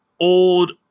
old